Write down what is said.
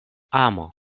amo